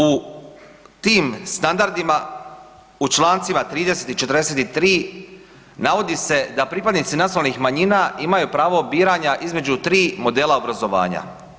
U tim standardima u Člancima 30. i 43. navodi se da pripadnici nacionalnih manjina imaju pravo biranja između 3 modela obrazovanja.